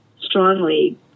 strongly